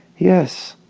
yes